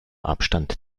abstand